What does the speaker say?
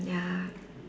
ya